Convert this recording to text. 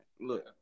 Look